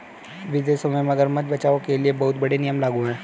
विदेशों में मगरमच्छ बचाओ के लिए बहुत कड़े नियम लागू हैं